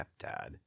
stepdad